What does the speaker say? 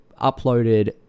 uploaded